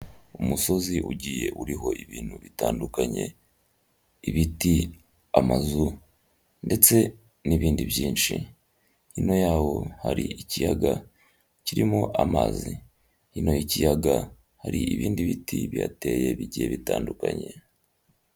Umusozi ugiye uriho ibintu bitandukanye, ibiti, amazu ndetse n'ibindi byinshi, hino yaho hari ikiyaga kirimo amazi, hino ikiyaga hari ibindi biti byateye bigiye bitandukanye.